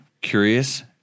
curious